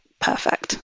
perfect